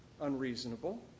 unreasonable